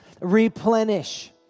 replenish